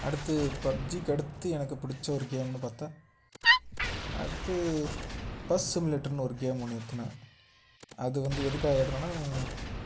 அடுத்து பப்ஜிக்கு அடுத்து எனக்கு பிடிச்ச ஒரு கேமுன்னு பார்த்தா அடுத்து பஸ் சிமுலேட்டருன்னு ஒரு கேம் ஒன்று ஏற்றுனேன் அது வந்து எதுக்காக ஏற்றுனேன்னா